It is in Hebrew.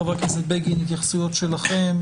חברי הכנסת בגין התייחסויות שלכם.